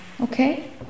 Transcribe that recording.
Okay